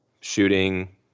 shooting